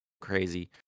crazy